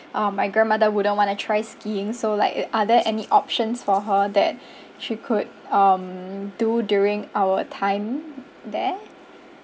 um my grandmother wouldn't want to try skiing so like it are there any options for her that she could um do during our time there